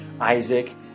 Isaac